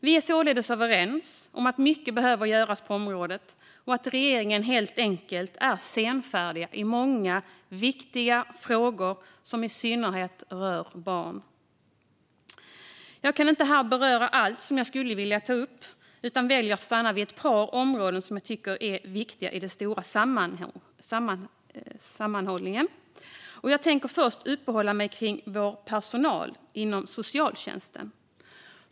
Vi är således överens om att mycket behöver göras på området och att regeringen helt enkelt är senfärdig i många viktiga frågor som i synnerhet rör barn. Jag kan inte här beröra allt som jag skulle vilja ta upp utan väljer att stanna vid ett par områden som jag tycker är viktiga i det stora sammanhanget. Jag tänker först uppehålla mig kring vår personal inom socialtjänsten.